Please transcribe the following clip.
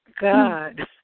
God